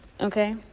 Okay